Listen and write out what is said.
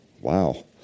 Wow